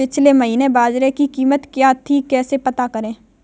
पिछले महीने बाजरे की कीमत क्या थी कैसे पता करें?